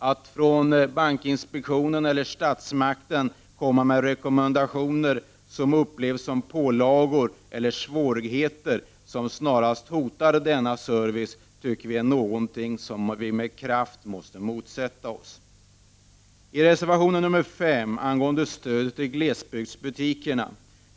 Att man från bankinspektionen eller statsmakten kommer med rekommendationer som upplevs som pålagor eller svårigheter och som snarast hotar denna service måste vi med kraft motsätta oss. Reservation 5 handlar om stödet till glesbygdsbutikerna.